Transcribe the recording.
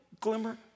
glimmer